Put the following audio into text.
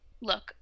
look